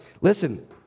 listen